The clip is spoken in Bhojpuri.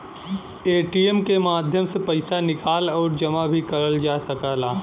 ए.टी.एम के माध्यम से पइसा निकाल आउर जमा भी करल जा सकला